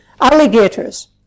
Alligators